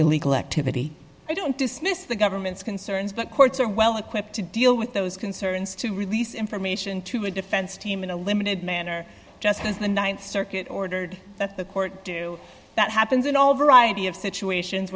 illegal activity i don't dismiss the government's concerns but courts are well equipped to deal with those concerns to release information to a defense team in a limited manner just as the th circuit ordered that the court do that happens in all variety of situations